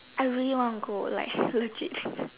I really want to go like legit